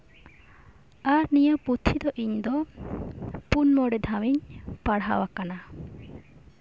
ᱟᱨ ᱱᱤᱭᱟᱹ ᱯᱩᱛᱷᱤ ᱫᱚ ᱤᱧᱫᱚ ᱯᱩᱱ ᱢᱚᱬᱮ ᱫᱷᱟᱣ ᱤᱧ ᱯᱟᱲᱦᱟᱣ ᱟᱠᱟᱱᱟ